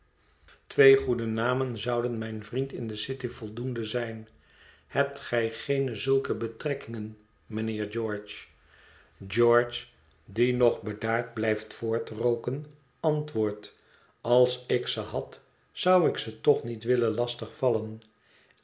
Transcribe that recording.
twee goede namen zouden voor mijn vriend in de city voldoende zijn hebt gij geene zulke betrekkingen mijnheer george george die nog bedaard blijft voortrooken antwoordt als ik ze had zou ik ze toch niet willen lastig vallen